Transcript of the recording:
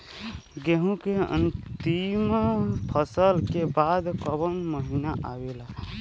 गेहूँ के अंतिम फसल के बाद कवन महीना आवेला?